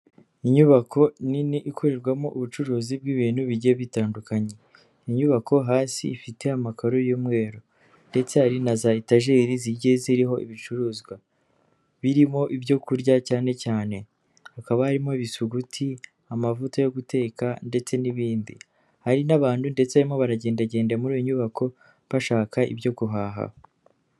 Inyubako nini ikorerwamo ubucuruzi bw'ibintu bigiye bitandukanye, iyi nyubako hasi ifite amakuru y'umweru ndetse hari na za etajeri zigiye ziriho ibicuruzwa birimo ibyo kurya cyane cyane, hakaba harimo ibisuguti, amavuta yo guteka ndetse n'ibindi. Hari n'abantu ndetse harimo baragendagenda muri iyi nyubako bashaka ibyo guhaha.